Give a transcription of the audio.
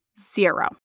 zero